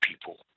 people